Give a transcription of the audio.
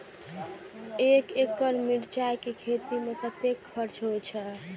एक एकड़ मिरचाय के खेती में कतेक खर्च होय छै?